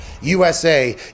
USA